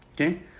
Okay